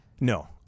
No